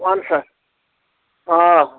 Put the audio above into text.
وَن سا آ